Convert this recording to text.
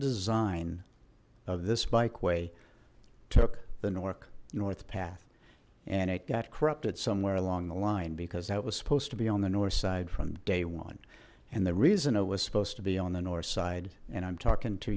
design of this bike way took the north north path and it got corrupted somewhere along the line because that was supposed to be on the north side from day one and the reason it was supposed to be on the north side and i'm talking to